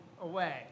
away